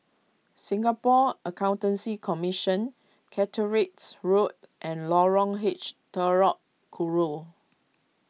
Singapore Accountancy Commission Catericks Road and Lorong H Telok Kurau